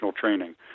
training